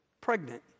pregnant